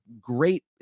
great